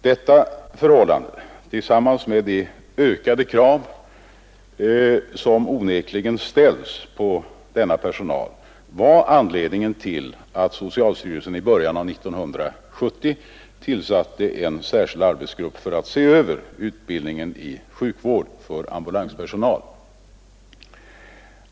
Detta förhållande tillsammans med de ökade krav som onekligen ställs på denna personal var anledningen till att socialstyrelsen i början av 1970 tillsatte en särskild arbetsgrupp för att se över utbildningen i sjukvård för ambulanspersonal.